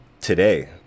today